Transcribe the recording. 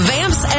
Vamps